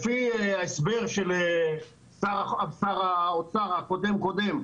לפי ההסבר של שר האוצר הקודם קודם,